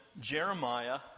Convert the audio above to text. Jeremiah